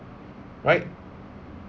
right